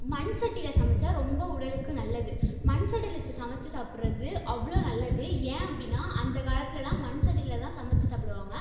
மண் சட்டியில் சமைச்சா ரொம்ப உடலுக்கு நல்லது மண் சட்டியில் வச்சு சமைச்சி சாப்பிட்றது அவ்வளோ நல்லது ஏன் அப்படின்னா அந்த காலத்திலலாம் மண் சட்டியில் தான் சமைச்சி சாப்பிடுவாங்க